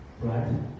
Right